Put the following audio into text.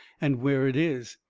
and where it is.